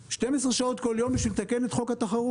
12 שעות כל יום בשביל לתקן את חוק התחרות,